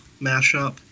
mashup